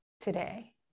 today